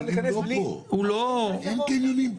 אין קניונים פה.